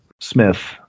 Smith